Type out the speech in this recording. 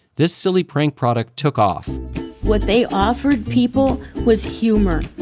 this silly prank product took off what they offered people was humor.